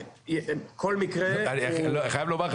אני חייב לומר לך,